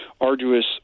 arduous